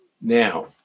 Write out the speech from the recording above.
Now